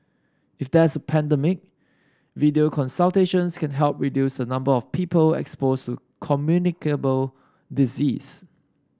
if there is a pandemic video consultations can help reduce a number of people exposed to communicable disease